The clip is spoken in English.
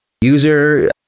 user